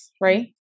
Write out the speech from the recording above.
right